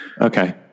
Okay